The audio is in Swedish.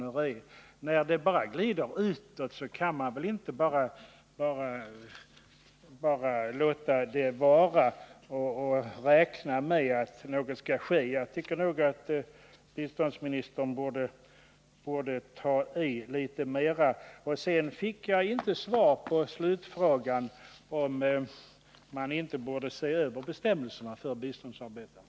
När missförhållandena hela tiden förvärras kan man väl inte bara låta det fortgå och hoppas på att en förbättring skall ske. Jag tycker nog att biståndsministern borde ta i litet mera. Till sist: jag fick inte besked på frågan om man inte borde se över bestämmelserna för biståndsarbetare.